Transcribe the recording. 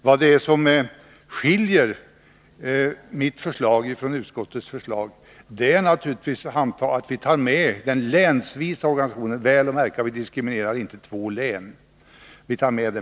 Vad som skiljer mitt förslag från utskottets förslag är naturligtvis att vi tar med den länsvisa organisationen. Märk väl: Vi diskriminerar inte två län.